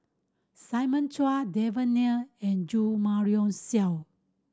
Simon Chua Devan Nair and Jo Marion Seow